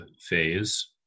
phase